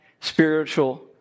spiritual